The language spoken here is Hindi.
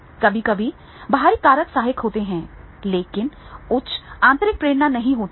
कभी कभी बाहरी कारक सहायक होते हैं लेकिन उच्च आंतरिक प्रेरणा नहीं होती है